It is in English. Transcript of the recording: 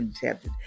chapter